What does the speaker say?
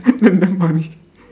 damn damn funny